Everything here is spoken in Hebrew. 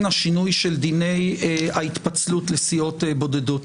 השינוי של דיני ההתפצלות לסיעות בודדות.